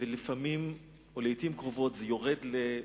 ולפעמים, או לעתים קרובות, זה יורד ל,